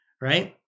right